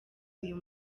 uyu